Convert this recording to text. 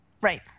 Right